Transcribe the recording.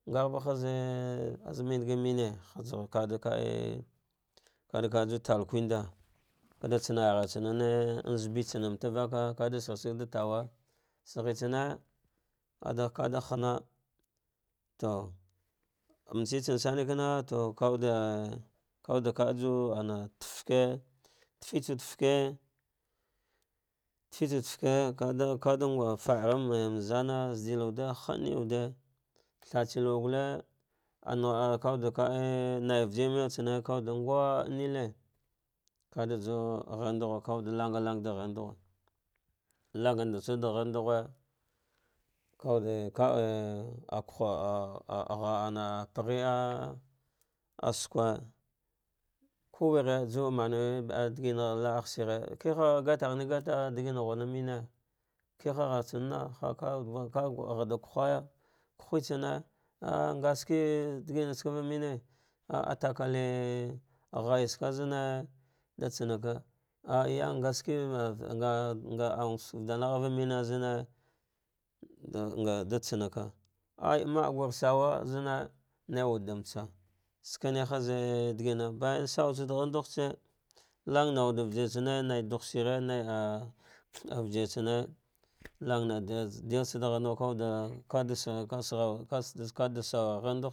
Ngava hazizemega mare, hazuall kaɗa ka ie kaɗa ka ie jusa talkwenda kaɗa tsanar ghat sane ane zabe tsome mata kaka kaɗa shighe sag ɗa tanwai saghe tsane kaɗe ka jana to mbse tsom same kana to kauwude, kakwude ka ju an taf yake tef tsawude feke, tefetsawache feke, ka wuve faghelma zamaii zaɗil wuɗe hadainayawed thatse lauwa gulle ana a akawud ka ie mi vijirmel tsane, kawuɗeɗe ngwa ie ne he kade juwa ɗa harnɗughe, kawude langa langa da ghar ndughe lang tsan wade ɗa gharnɗugh kaawuɗe ka ab a khuɗe ah agha ana pag ghe ah ah skire, kuweri, juwa menwe laa gh shir, kiha galagha naitate chigamaghu ne mene kiha ghartsana ha va gagha nhug kuhetsone ngashrk digamatsava mene ah ah takale ghaisike meneha ɗa tsaina ka ah yange ngashivi an gh ausuke vaɗanah vamune zare za va tsanaka ayy magur suwa zanne naiwaɗ ɗa mbatsa skure harz ɗigima bayan sawatsa wuɗe gharnɗughtse ian gnau ga vijir tsane nai ɗugh shir nai ah vijirysane langtir kawuɗe vada kaɗa sawar kandu.